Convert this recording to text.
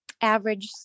average